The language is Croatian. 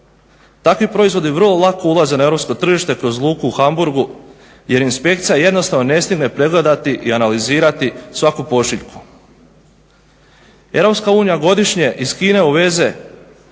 Takvi proizvodi vrlo lako ulaze ne europsko tržište kroz luku u Hamburgu jer inspekcija jednostavno ne stigne pregledati i analizirati svaku pošiljku. Europska unija godišnje iz Kine uveze